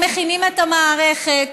הם מכינים את המערכת,